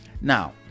Now